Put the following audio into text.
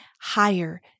higher